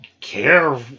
care